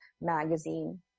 magazine